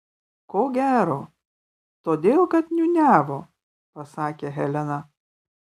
ko gero todėl kad niūniavo pasakė helena